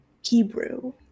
Hebrew